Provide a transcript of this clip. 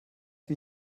wie